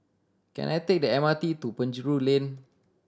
can I take the M R T to Penjuru Lane